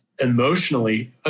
emotionally